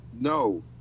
No